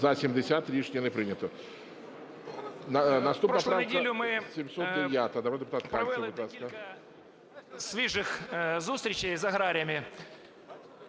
За-80 Рішення не прийнято.